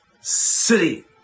City